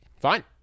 fine